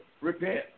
repent